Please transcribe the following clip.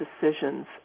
decisions